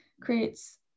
creates